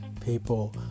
people